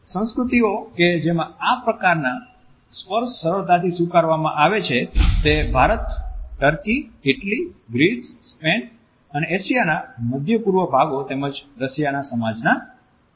સંસ્કૃતિઓ કે જેમાં આ પ્રકારના સ્પર્શ સરળતાથી સ્વીકારવામાં આવે છે તે Bharat Turkey Italy Greece Spain અને એશિયાના મધ્ય પૂર્વ ભાગો તેમજ રશિયા ના સમાજ છે